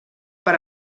per